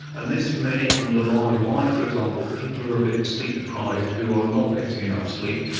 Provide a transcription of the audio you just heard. and this may underlie why, for example, people who are a bit sleep deprived, who are not getting enough sleep,